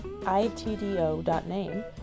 itdo.name